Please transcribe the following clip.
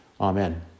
Amen